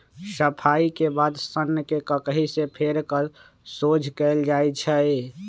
सफाई के बाद सन्न के ककहि से फेर कऽ सोझ कएल जाइ छइ